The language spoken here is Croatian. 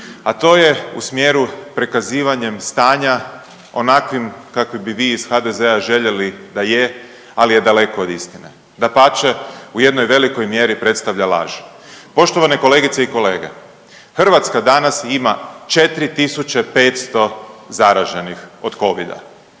a to je u smjeru prikazivanjem stanja onakvim kakvim bi vi iz HDZ-a željeli da je, ali je daleko od istine, dapače u jednoj velikoj mjeri predstavlja laž. Poštovane kolegice i kolege, Hrvatska danas ima 4.500 zaraženih od covida,